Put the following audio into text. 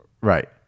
Right